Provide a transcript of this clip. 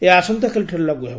ଏହା ଆସନ୍ତାକାଲିଠାରୁ ଲାଗୁ ହେବ